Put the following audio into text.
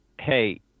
hey